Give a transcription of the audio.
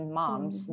moms